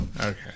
Okay